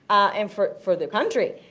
and for for the country.